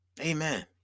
Amen